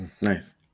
Nice